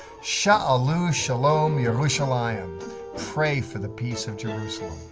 sha'alu shalom yerushalayim pray for the peace of jerusalem